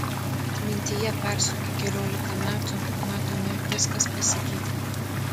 atmintyje persukę keliolika metų matome jog viskas pasikeitė